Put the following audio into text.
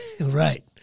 Right